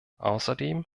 außerdem